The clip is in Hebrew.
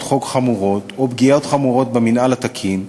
חוק חמורות או פגיעות חמורות במינהל התקין,